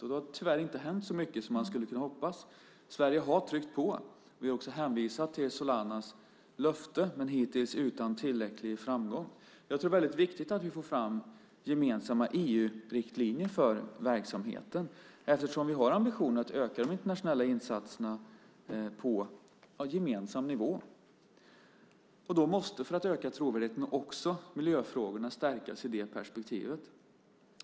Tyvärr har det inte hänt så mycket som vi hade hoppats. Sverige har tryckt på. Vi har också hänvisat till Solanas löfte men hittills utan tillräcklig framgång. Jag tror att det är viktigt att få fram gemensamma EU-riktlinjer för verksamheten eftersom vi har ambitionen att öka de internationella insatserna på gemensam nivå. För att då öka trovärdigheten måste miljöfrågorna stärkas i det perspektivet.